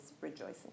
rejoicing